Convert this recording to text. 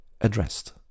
addressed